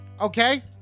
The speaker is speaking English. Okay